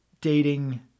dating